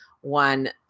one